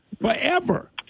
forever